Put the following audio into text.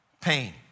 pain